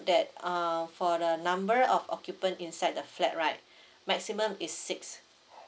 that err for the number of occupants inside the flat right maximum is six